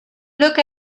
look